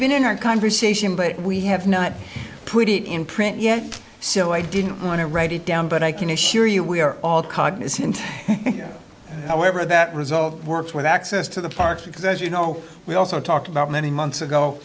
been in our conversation but we have not put it in print yet so i didn't want to write it down but i can assure you we are all cognizant however that result works with access to the park because as you know we also talked about many months ago